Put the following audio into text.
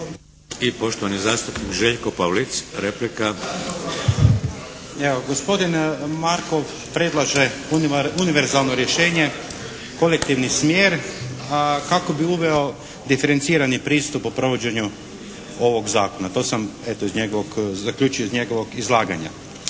I poštovani zastupnik Željko Pavlic, replika. **Pavlic, Željko (MDS)** Gospodin Markov predlaže univerzalno rješenje kolektivni smjer a kako bi uveo diferencirani pristup po provođenju ovog zakona. To sam eto zaključio iz njegovog izlaganja.